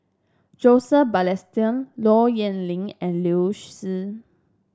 Joseph Balestier Low Yen Ling and Liu Si